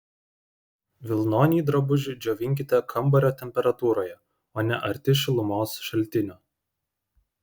vilnonį drabužį džiovinkite kambario temperatūroje o ne arti šilumos šaltinio